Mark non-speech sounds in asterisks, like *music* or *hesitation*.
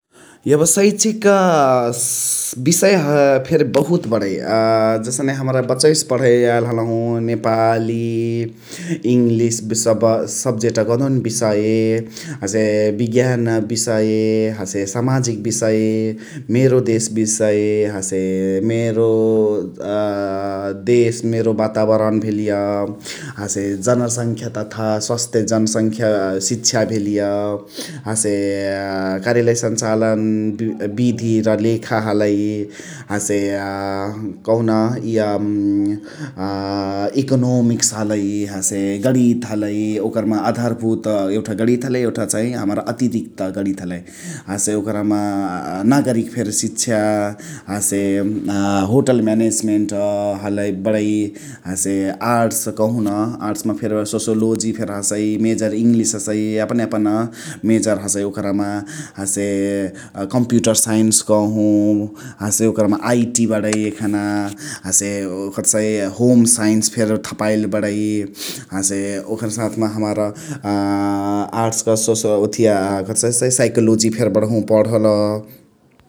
एब सैक्षिक *unintelligible* बिषय फेरी *noise* बहुत बणै । अ जसने हमरा बचैसे पण्हे याइल हलहु नेपाली, इङिश *unintelligible* सबजेक्ट कदेउन बिषय, हसे बिज्ञान बिषय, हसे समाजिक बिषय, मेरो देश बिषय, हसे मेरो अ *hesitation* मेरो देश्, मेरो बाताबरन भेलिय । हसे जनसङख्य तथा स्वास्थ्य जनसङख्य शिक्षा भेलिय । हसे कार्यालय सन्चालन बिधी र लेखा हलइ । हसे अ *hesitation* कहुन इअ अ इकोनोमिक्स हलइ, हसे गणित हलइ । ओकरमा आधारभुत एउठ गणित हलइ एउटा चै अतिरिक्त गणित हलइ । हसे ओकरमा नागरिक फेरी शिक्षा हसे अ होटल म्यानेजमेन्ट हलइ बणै । हसे आर्ट्स कहुन *noise* आर्ट्स मा फेरी सोसलोगी फेरी हसइ मजोर इङलिश हसइ । यापन यापन मजोर हसइ ओकरमा हसे कम्पुटर साइन्स कहु । हसे ओकरमा आइटी *noise* बणै एखना । हसे कथसाइ होम साइन्स फेरी थापाऐली बणै । *noise* हसे ओकर साथमा हमार अ आर्ट्स *unintelligible* कथसाइ साइकोलोगी फेरी बणहु पण्हल ।